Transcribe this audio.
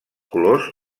colors